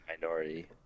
Minority